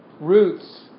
roots